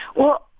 well,